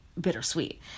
bittersweet